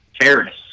Paris